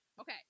Okay